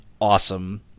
awesome